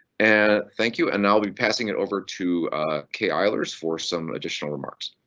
and thank you and i'll be passing it over to kay eilers for some additional remarks.